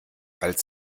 als